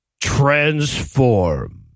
transform